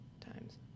times